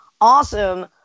awesome